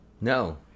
No